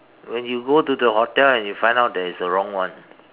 when you go to the hotel and you find out that it is a wrong one